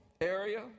area